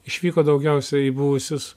išvyko daugiausiai į buvusius